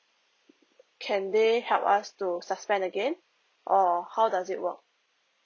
can they help us to suspend again or how does it work